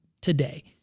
today